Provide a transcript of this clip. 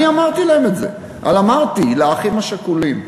אני אמרתי להם את זה, אבל אמרתי לאחים השכולים: